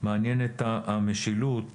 מעניינת המשילות